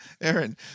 Aaron